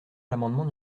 l’amendement